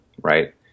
right